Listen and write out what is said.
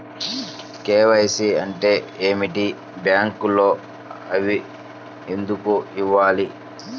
KYC అంటే ఏమిటి? బ్యాంకులో అవి ఎందుకు ఇవ్వాలి?